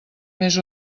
més